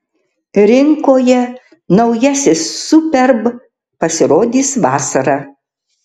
rinkoje naujasis superb pasirodys vasarą